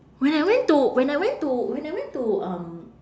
when I went to when I went to when I went to um